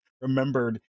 remembered